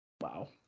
Wow